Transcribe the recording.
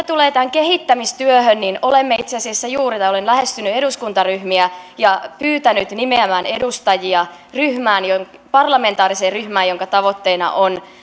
tulee tähän kehittämistyöhön niin olen itse asiassa juuri lähestynyt eduskuntaryhmiä ja pyytänyt nimeämään edustajia parlamentaariseen ryhmään jonka tavoitteena on